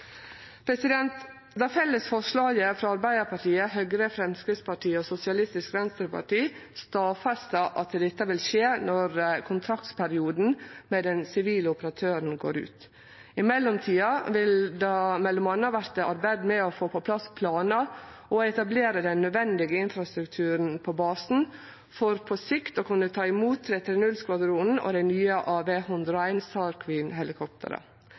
Det felles forslaget frå Arbeidarpartiet, Høgre, Framstegspartiet og SV stadfestar at dette vil skje når kontraktperioden med den sivile operatøren går ut. I mellomtida vil det m.a. verte arbeidd med å få på plass planar og etablere den nødvendige infrastrukturen på basen for på sikt å kunne ta imot 330-skvadronen og dei nye